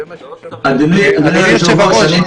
אדוני היושב-ראש,